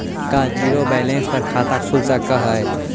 का zero balance पर खाता खुल सकले हे?